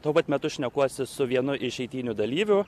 tuo pat metu šnekuosi su vienu iš eitynių dalyvių